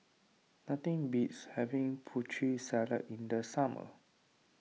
nothing beats having Putri Salad in the summer